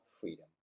freedom